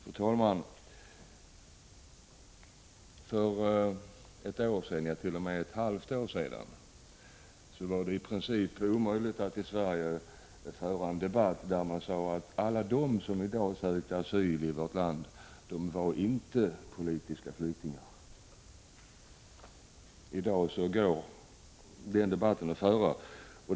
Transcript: Fru talman! För ett år sedan, ja, t.o.m. för bara ett halvt år sedan var det i princip omöjligt att i Sverige föra en debatt där man sade att inte alla de som sökte asyl i vårt land var politiska flyktingar. I dag går det att föra en sådan debatt.